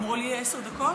אמרו לי עשר דקות.